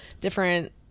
different